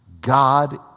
God